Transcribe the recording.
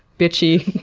bitchy.